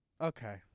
Okay